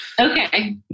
Okay